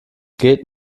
geht